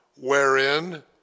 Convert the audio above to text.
wherein